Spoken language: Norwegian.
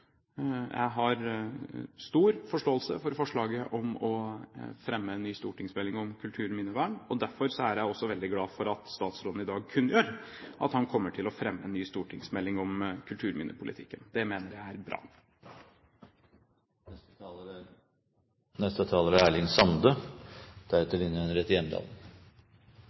Jeg har stor forståelse for forslaget om å fremme en ny stortingsmelding om kulturminnevern, og derfor er jeg også veldig glad for at statsråden i dag kunngjør at han kommer til å fremme en ny stortingsmelding om kulturminnepolitikken. Det mener jeg er bra. Representantforslaget tek opp ei viktig sak. Senterpartiet er